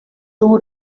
too